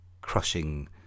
crushing